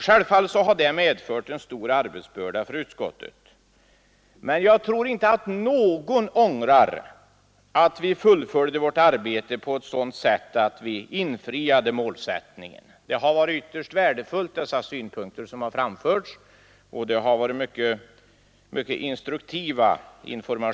Självfallet har det medfört en stor arbetsbörda för utskottet, men jag tror inte att någon ångrar att vi fullföljt vårt arbete på ett sådant sätt att vi uppfyllt den målsättningen. De synpunkter som framförts har varit ytterst värdefulla, och de informationer som har getts har varit mycket instruktiva.